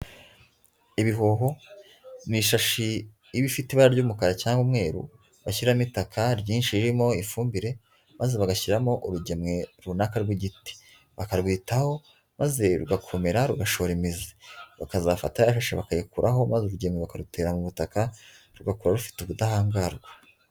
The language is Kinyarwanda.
Ibihoho, ni ishashi iba ifite ibara ry'umukara cyangwa umweru, bashyiramo itaka ryinshi ririmo ifumbire, maze bagashyiramo urugemwe runaka rw'igiti. Bakarwitaho, maze rugakomera rugashora imizi. Bakazafata ya shashi bakayikuraho maze urugemwe bakarutera mu butaka, rugakura rufite ubudahangarwa.